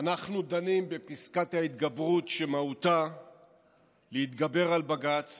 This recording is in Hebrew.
אנחנו דנים בפסקת ההתגברות, שמהותה להתגבר על בג"ץ